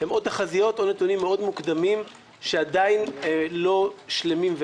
או תחזיות או נתונים מאוד מוקדמים שעדיין לא שלמים.